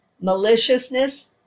maliciousness